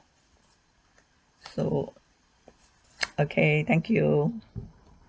so okay thank you